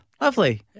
lovely